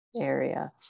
area